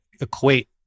equate